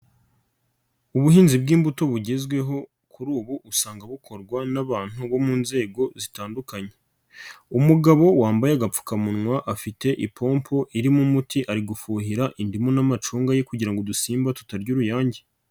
Ubuhinzi bw'imbuto bugezweho kuri ubu usanga bukorwa n'abantu bo mu nzego zitandukanye, umugabo wambaye agapfukamunwa afite ipompo irimo umuti ari gufuhira indimu n'amacunga ye kugira ngo udusimba tutarya uruyange.